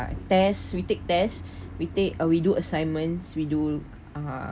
tests we take tests we take uh we do assignments we do uh